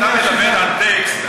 כשאתה מדבר על טקסט,